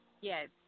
Yes